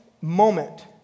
moment